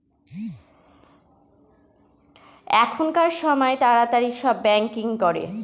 এখনকার সময় তাড়াতাড়ি সব ব্যাঙ্কিং করে